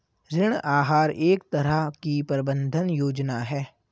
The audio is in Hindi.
ऋण आहार एक तरह की प्रबन्धन योजना है